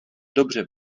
dobře